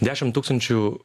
dešimt tūkstančių